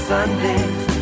Sundays